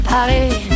Paris